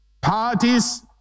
parties